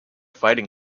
fighting